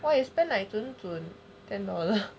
!wah! you spend like 准准 ten dollar